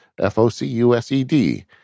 F-O-C-U-S-E-D